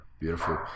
Beautiful